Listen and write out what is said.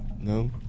No